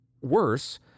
Worse